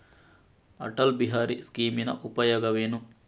ಅಟಲ್ ಬಿಹಾರಿ ಸ್ಕೀಮಿನ ಉಪಯೋಗವೇನು?